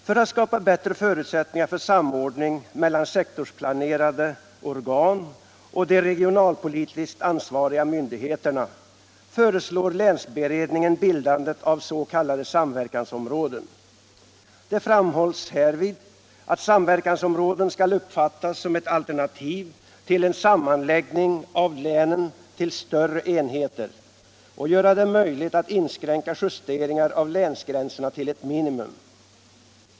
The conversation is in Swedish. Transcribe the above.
För att skapa bättre förutsättningar för samordning mellan sektorsplanerade organ och de regionalpolitiskt ansvariga myndigheterna föreslår länsberedningen bildandet av s.k. samverkansområden. Det framhålls härvid att samverkansområden skall uppfattas som ett alternativ till en sammanläggning av länen till större enheter och göra det möjligt att inskränka justeringar av länsgränserna till ett minimum.